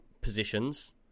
positions